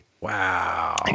Wow